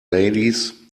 ladies